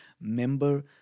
member